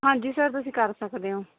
ਹਾਂਜੀ ਸਰ ਤੁਸੀਂ ਕਰ ਸਕਦੇ ਹੋ